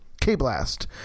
K-Blast